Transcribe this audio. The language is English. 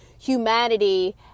humanity